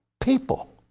people